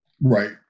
Right